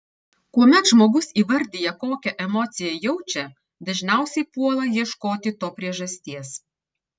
kuomet žmogus įvardija kokią emociją jaučia dažniausiai puola ieškoti to priežasties